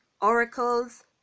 oracles